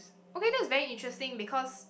okay that was very interesting because